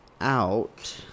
out